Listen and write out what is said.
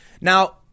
Now